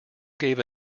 gave